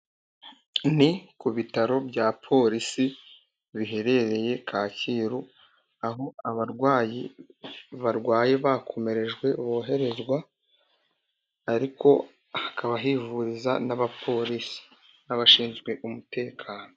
Ni ku bitaro bya polisi, biherereye Kacyiru aho abarwayi barwaye bakomerejwe boherezwa, ariko hakaba hivuriza n'abapolisi n'abashinzwe umutekano.